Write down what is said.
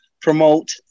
promote